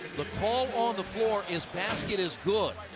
the call on the floor is basket is good.